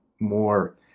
more